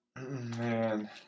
Man